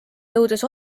jõudes